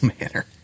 manner